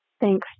thanks